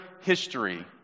history